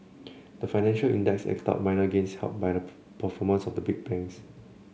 the financial index eked out minor gains helped by the performance of the big banks